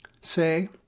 say